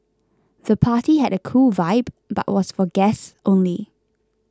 the party had a cool vibe but was for guests only